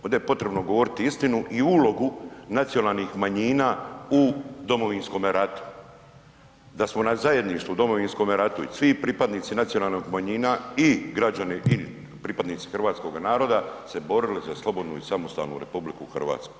Ovdje potrebno govoriti istinu i ulogu nacionalnih manjina u Domovinskome ratu, da smo na zajedništvu u Domovinskom ratu i svi pripadnici nacionalnih manjina i građana i pripadnici hrvatskog naroda se borili za slobodnu i samostalnu RH.